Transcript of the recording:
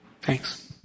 Thanks